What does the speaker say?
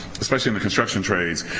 especially in the construction trades,